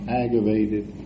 aggravated